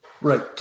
right